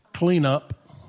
Cleanup